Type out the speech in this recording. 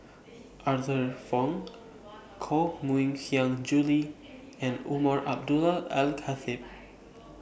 Arthur Fong Koh Mui Hiang Julie and Umar Abdullah Al Khatib